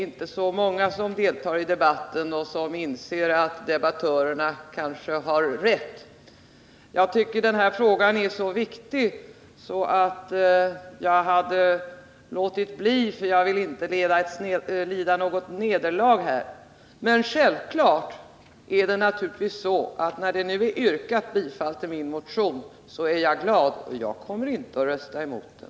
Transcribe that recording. Det är inte heller så många som inser att debattörerna kanske har rätt. Jag tycker att den här frågan är väldigt viktig. Att jag inte yrkade bifall till min motion beror på att jag inte ville lida ett nederlag i frågan. Men det gläder mig att Eva Hjelmström nu har yrkat bifall till motionen, och iag kommer inte att rösta mot den.